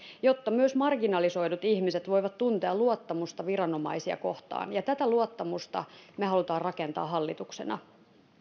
jotta myös marginalisoidut ihmiset voivat tuntea luottamusta viranomaisia kohtaan ja tätä luottamusta me haluamme rakentaa hallituksena